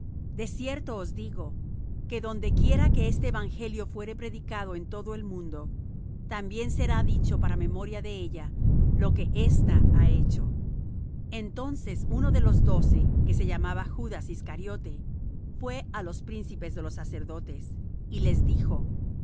cierto os digo que donde quiera que este evangelio fuere predicado en todo el mundo también será dicho para memoria de ella lo que ésta ha hecho entonces uno de los doce que se llamaba judas iscariote fué á los príncipes de los sacerdotes y les dijo